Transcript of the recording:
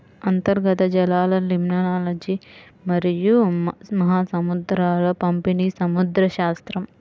అంతర్గత జలాలలిమ్నాలజీమరియు మహాసముద్రాల పంపిణీసముద్రశాస్త్రం